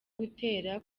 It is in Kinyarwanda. gutera